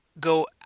go